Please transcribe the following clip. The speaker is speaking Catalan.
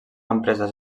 empresa